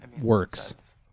works